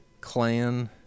Clan